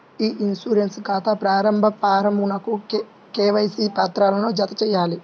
ఇ insurance ఖాతా ప్రారంభ ఫారమ్కు కేవైసీ పత్రాలను జతచేయాలి